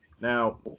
Now